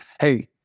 hey